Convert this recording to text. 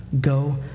Go